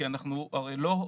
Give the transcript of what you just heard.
כי אנחנו הרי לא,